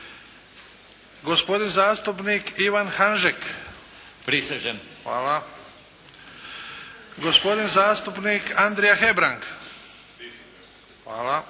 gospodin zastupnik Ivan Hanžek – prisežem, gospodin zastupnik Andrija Hembrang – prisežem,